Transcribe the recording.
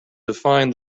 define